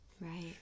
Right